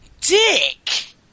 dick